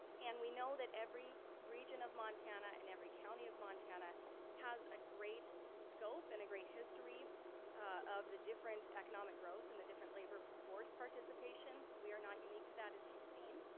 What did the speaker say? and we know that every region of montana, and every county of montana has a great scope and a great history of the different economic growth and the different labor force participation. we are not unique to that as you've seen.